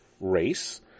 race